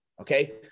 okay